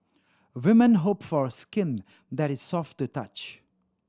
women hope for skin that is soft to touch